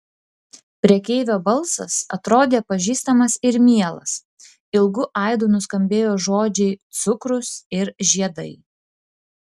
prekeivio balsas atrodė pažįstamas ir mielas ilgu aidu nuskambėjo žodžiai cukrus ir žiedai